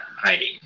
hiding